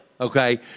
okay